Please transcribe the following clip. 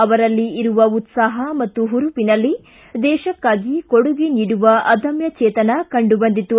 ಅವರಲ್ಲಿ ಇರುವ ಉತ್ತಾಹ ಮತ್ತು ಹುರುಪಿನಲ್ಲಿ ದೇಶಕ್ಕಾಗಿ ಕೊಡುಗೆ ನೀಡುವ ಅದಮ್ಯ ಚೇತನ ಕಂಡು ಬಂದಿತು